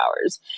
hours